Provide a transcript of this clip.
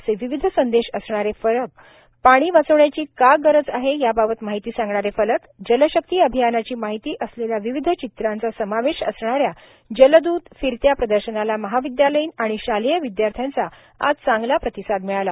असे विविध संदेश असणारे फलक पाणी वाचवण्याची का गरज आहे याबाबत माहिती सांगणारे फलक जलशक्ती अभियानाची माहिती असलेल्या विविध चित्रांचा समावेश असणाऱ्या जलदूत फिरत्या प्रदर्शनाला महाविद्यालयीन आणि शालेय विद्यार्थ्यांचा आज चांगला प्रतिसाद मिळाला